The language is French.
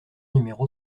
numéro